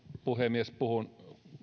puhemies puhun